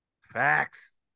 Facts